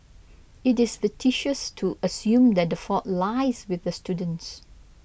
it is facetious to assume that the fault lies with the students